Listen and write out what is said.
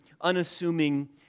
unassuming